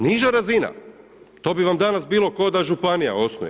Niža razina, to bi vam danas bilo kao da županija osnuje.